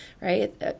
right